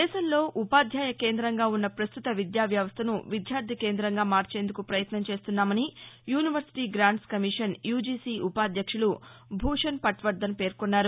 దేశంలో ఉపాధ్యాయ కేందంగా ఉన్న పస్తుత విద్యా వ్యవస్థను విద్యార్ది కేందంగా మార్చేందుకు ప్రయత్నం చేస్తున్నామని యూనివర్సిటీ గ్రాంట్స్ కమిషన్ యూజీసీ ఉపాధ్యక్షులు భూషణ్ పట్వర్దన్ పేర్కొన్నారు